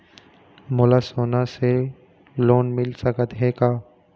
मोला सोना से लोन मिल सकत हे का?